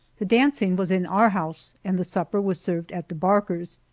the dancing was in our house, and the supper was served at the barkers'.